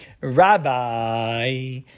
Rabbi